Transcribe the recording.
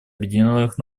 объединенных